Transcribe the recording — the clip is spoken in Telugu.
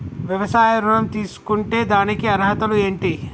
వ్యవసాయ ఋణం తీసుకుంటే దానికి అర్హతలు ఏంటి?